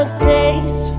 grace